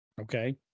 Okay